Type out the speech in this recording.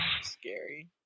scary